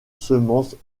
semences